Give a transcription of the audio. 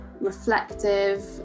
reflective